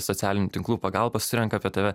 socialinių tinklų pagalba surenka apie tave